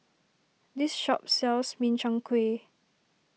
this shop sells Min Chiang Kueh